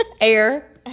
Air